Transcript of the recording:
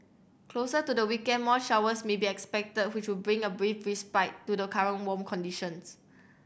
closer to the weekend more showers may be expected which would bring a brief respite to the current warm conditions